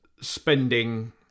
spending